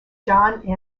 john